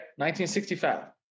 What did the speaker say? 1965